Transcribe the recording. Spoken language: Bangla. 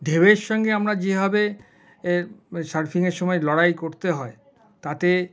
ঢেউয়ের সঙ্গে আমরা যেভাবে এ সার্ফিংয়ের সময় লড়াই করতে হয় তাতে